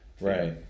right